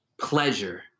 pleasure